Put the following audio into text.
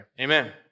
Amen